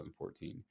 2014